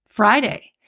Friday